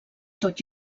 tot